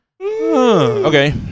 Okay